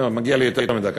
לא, מגיע לי יותר מדקה.